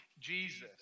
Jesus